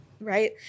right